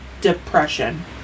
depression